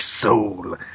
soul